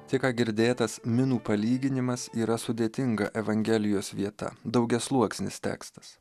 tik ką girdėtas minų palyginimas yra sudėtinga evangelijos vieta daugiasluoksnis tekstas